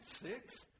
six